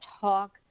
talk